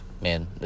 man